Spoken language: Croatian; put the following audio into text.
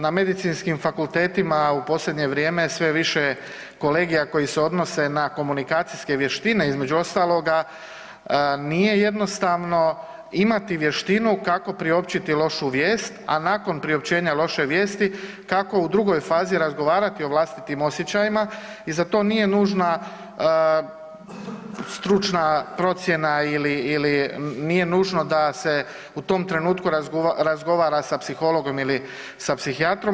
Na Medicinskim fakultetima u posljednje vrijeme sve više kolegija koji se odnose na komunikacijske vještine, između ostaloga nije jednostavno imati vještinu kako priopćiti lošu vijest, a nakon priopćenja loše vijesti kako u drugoj fazi razgovarati o vlastitim osjećajima i za to nije nužna stručna procjena ili nije nužno da se u tom trenutku razgovara sa psihologom ili sa psihijatrom.